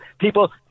people